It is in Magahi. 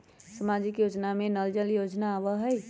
सामाजिक योजना में नल जल योजना आवहई?